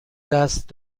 دست